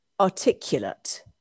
articulate